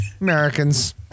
Americans